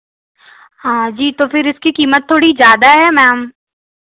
हाँ जी तो फिर इसकी कीमत थोड़ी ज़्यादा है मैम